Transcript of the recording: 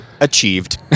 achieved